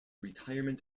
retirement